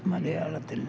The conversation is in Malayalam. മലയാളത്തിൽ